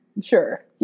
Sure